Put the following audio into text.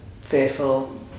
fearful